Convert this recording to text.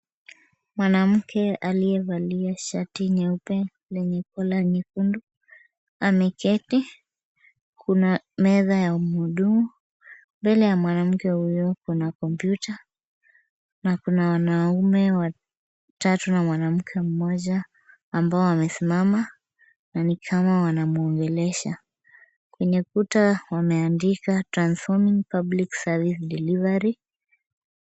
Mwanamke aliyevalia shati nyeupe lenye (cs]kola nyekundu ameketi. Kuna meza ya mhudumu. Mbele ya mwanamke huyo kuna kompyuta na kuna wanaume watatu na mwanamke mmoja ambao wamesimama na ni kama wanamwongelesha. Kwenye kuta wameandika Transforming public service deliver .